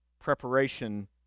preparation